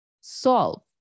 Solve